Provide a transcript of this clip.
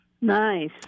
Nice